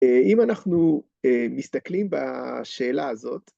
אם אנחנו מסתכלים בשאלה הזאת,